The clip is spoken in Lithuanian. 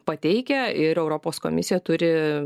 pateikę ir europos komisija turi